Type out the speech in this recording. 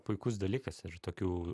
puikus dalykas ir tokių